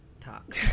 talk